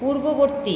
পূর্ববর্তী